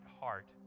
heart